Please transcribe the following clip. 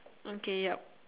okay ya